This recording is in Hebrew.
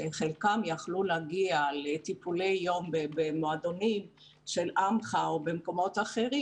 שחלקם יכלו להגיע לטיפולי יום במועדונים של "עמך" או במקומות אחרים,